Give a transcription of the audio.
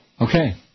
Okay